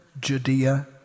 Judea